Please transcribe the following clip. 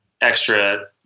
extra